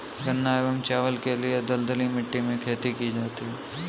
गन्ना एवं चावल के लिए दलदली मिट्टी में खेती की जाती है